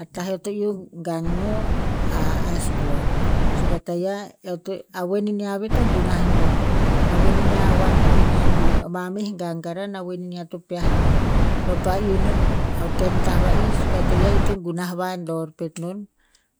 A tah eo to gang no, a- a ice block. Suk a tayiah, eo to a voen inia ve to gunah non. A voen iniah a wan kina akuk a ma meh gang karan a voen inia to peah non. Eo pa iu no o ken tah va'ih suk a tayiah ito gunah vador pet non.